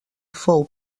fou